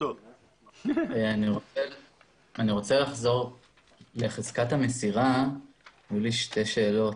אני רוצה לחזור לחזקת המסירה ויש לי שתי שאלות.